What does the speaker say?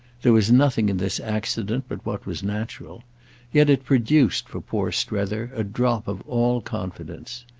there was nothing in this accident but what was natural yet it produced for poor strether a drop of all confidence.